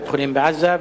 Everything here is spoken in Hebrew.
לבית-חולים בעזה,